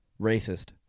Racist